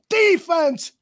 defense